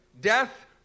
death